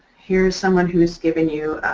here's someone who's giving you.